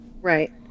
Right